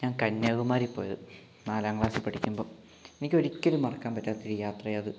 ഞാൻ കന്യാകുമാരിയിൽ പോയത് നാലാം ക്ലാസ്സിൽ പഠിക്കുമ്പോൾ എനിക്കൊരിക്കലും മറക്കാൻ പറ്റാത്തൊരു യാത്രയാണ് അത്